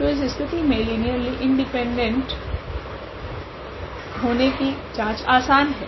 तो इस स्थिति मे लीनियरली इंडिपेंडेंट होने की जांच आसान है